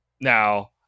now